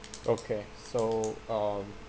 okay so um